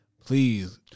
Please